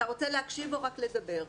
אתה רוצה להקשיב או רק לדבר?